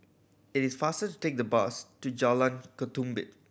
it is faster to take the bus to Jalan Ketumbit